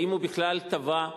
האם הוא בכלל תבע?